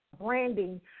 branding